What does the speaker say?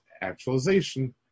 actualization